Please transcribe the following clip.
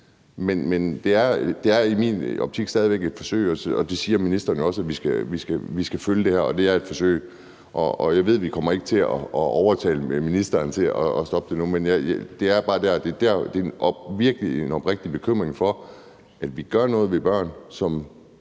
men det er i min optik stadig væk et forsøg, og det siger ministeren også, altså at vi skal følge det her og det er et forsøg. Jeg ved, at vi ikke kommer til at overtale ministeren til at stoppe det nu, men det er bare der, jeg har en virkelig oprigtig bekymring for, at vi gør noget ved børn, som